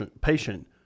patient